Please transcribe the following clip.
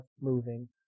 moving